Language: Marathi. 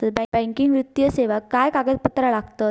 बँकिंग वित्तीय सेवाक काय कागदपत्र लागतत?